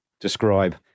describe